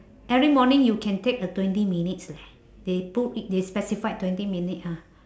every morning you can take a twenty minutes leh they put it they specified twenty minutes ah